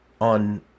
on